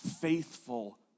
faithful